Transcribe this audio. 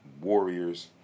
warriors